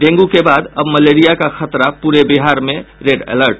dengue के बाद अब मलेरिया का खतरा पूरे बिहार में रेड अलर्ट